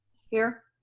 here.